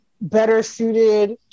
better-suited